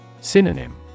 Synonym